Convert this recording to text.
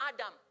Adam